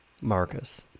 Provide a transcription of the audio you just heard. Marcus